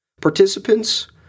Participants